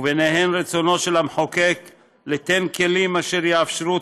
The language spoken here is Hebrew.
ובהן רצונו של המחוקק ליתן כלים אשר יאפשרו